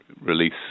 release